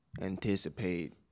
anticipate